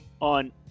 on